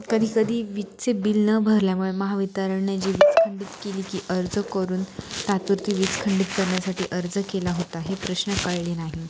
कधीकधी वीजचे बिल न भरल्यामुळे महावितरणने जी वीज खंडित केली की अर्ज करून तात्पुरती वीज खंडित करण्यासाठी अर्ज केला होता हे प्रश्न कळले नाही